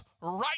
right